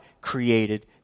created